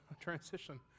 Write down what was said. transition